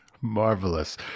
Marvelous